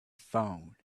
phone